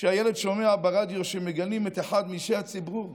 שהילד שומע ברדיו שמגנים את אחד מאישי הציבור,